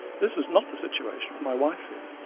this was not the situation with my wife here,